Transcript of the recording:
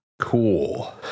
cool